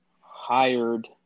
hired